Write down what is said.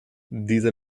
diese